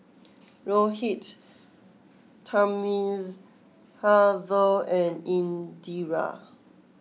Rohit Thamizhavel and Indira